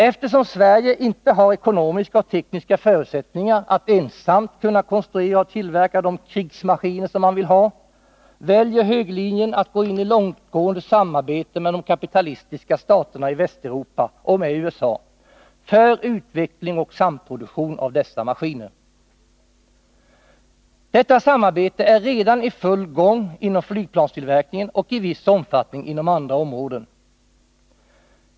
Eftersom Sverige inte har ekonomiska och tekniska förutsättningar att ensamt konstruera och tillverka de ”krigsmaskiner” som man vill ha, väljer. Nr 133 högerlinjen att gå in i långtgående samarbete med de kapitalistiska staterna i Torsdagen den Västeuropa och med USA, för utveckling och samproduktion av dessa 7 maj 1981 maskiner. Detta samarbete är redan i full gång inom flygplanstillverkningen och i viss omfattning inom andra områden.